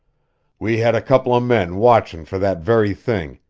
we had a couple of men watchin' for that very thing,